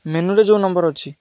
ମେନୁରେ ଯେଉଁ ନମ୍ବର ଅଛି